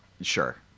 Sure